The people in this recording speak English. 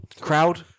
crowd